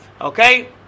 Okay